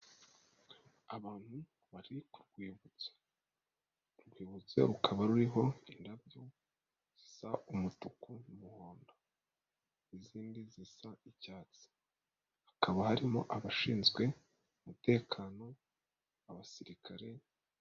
Abantu bari ku rwibutso, urwibutso rukaba ruriho indabyo zisa umutuku n'umuhondo, izindi zisa icyatsi, hakaba harimo abashinzwe umutekano, abasirikare.